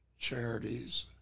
charities